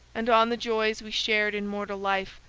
and on the joys we shared in mortal life,